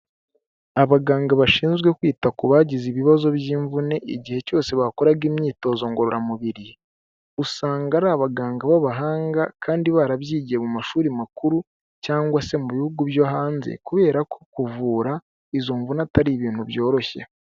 Abaganga bashinzwe kwita ku bagize ibibazo by'imvune, igihe cyose bakoraga imyitozo ngororamubiri, usanga ari abaganga b'abahanga kandi barabyigiye mu mashuri makuru cyangwa se mu bihugu byo hanze, kubera ko kuvura izo mvune atari ibintu byoroshye.